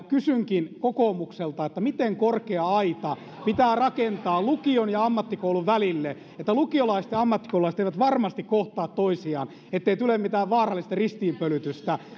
kysynkin kokoomukselta miten korkea aita pitää rakentaa lukion ja ammattikoulun välille niin että lukiolaiset ja ammattikoululaiset eivät varmasti kohtaa toisiaan mitä kokoomus ideologisesti haluaa ettei tule mitään vaarallista ristiinpölytystä